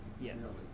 Yes